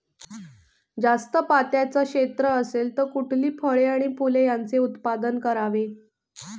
जास्त पात्याचं क्षेत्र असेल तर कुठली फळे आणि फूले यांचे उत्पादन करावे?